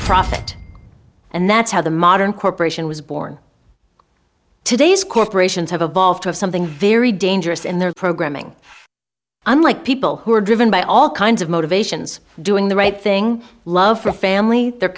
profit and that's how the modern corporation was born today's corporations have evolved to have something very dangerous in their programming unlike people who are driven by all kinds of motivations doing the right thing love for a family their